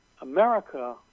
America